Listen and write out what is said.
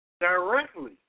directly